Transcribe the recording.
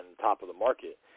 top-of-the-market